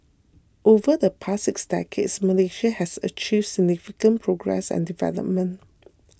over the past six decades Malaysia has achieved significant progress and development